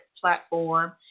platform